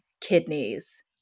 kidneys